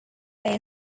their